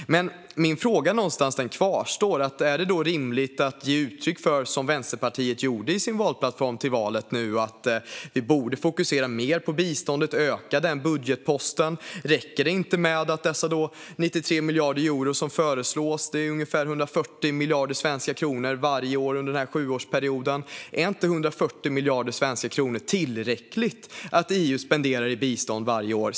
Min fråga kvarstår: Är det rimligt att, som Vänsterpartiet gjorde i sin valplattform inför valet, ge uttryck för att vi borde fokusera mer på biståndet och öka den budgetposten? Räcker det inte med de 93 miljarder euro som föreslås? Det är ungefär 140 miljarder svenska kronor varje år under sjuårsperioden. Är inte 140 miljarder svenska kronor tillräckligt för EU att spendera i bistånd varje år?